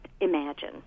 imagine